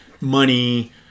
money